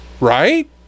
right